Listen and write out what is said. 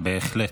בהחלט.